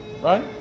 right